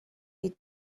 you